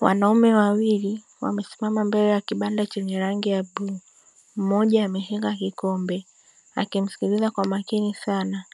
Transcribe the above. Wanaume wawili wamesimama mbele ya kibanda chenye rangi ya bluu, mmoja ameshika kikombe akimsikiliza kwa makini sana